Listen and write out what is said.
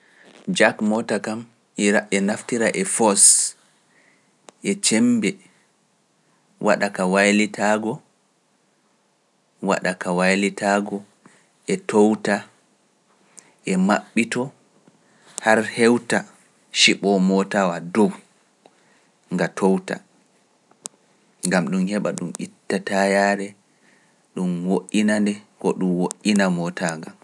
Jak moota kam e naftira e fos e cembe waɗa ka waylitaago waɗa e toowta e maɓɓito har hewta ciɓo mootawa dow nga toowta. Ngam ɗum heɓa ɗum itta taayaje, ɗum wo'ina nde ko ɗum woɗɗina moota ngam.